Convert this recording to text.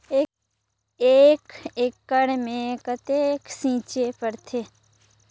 एक एकड़ मे कतेक छीचे पड़थे?